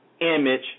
image